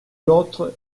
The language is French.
l’autre